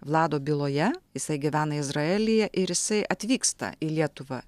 vlado byloje jisai gyvena izraelyje ir jisai atvyksta į lietuvą